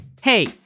Hey